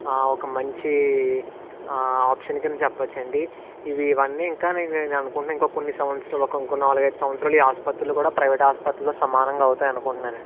ఒక మంచి ఆప్షన్ కింద చెప్పచ్చు అండి ఇవి ఇవన్నీ ఇంకా నేను అనుకుంటున్నాను ఇంకా కొన్ని సంవత్సరాలు ఇంక ఇంకో నాలుగైదు సంవత్సరాలు ఈ ఆసుపత్రులు కూడా ప్రైవేటు ఆసుపత్రులతో సమానంగా అవుతాయి అనుకుంటున్నాను అండి